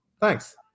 Thanks